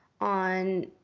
on